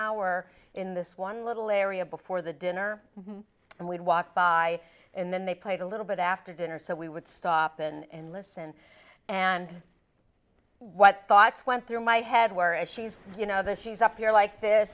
hour in this one little area before the dinner and we'd walk by and then they played a little bit after dinner so we would stop and listen and what thoughts went through my head where if she's you know this she's up here like this